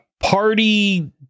party